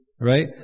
right